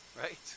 right